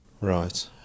Right